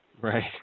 Right